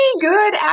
good